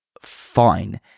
fine